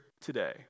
today